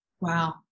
Wow